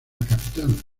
capital